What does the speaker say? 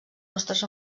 nous